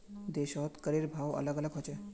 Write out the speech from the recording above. देशत करेर भाव अलग अलग ह छेक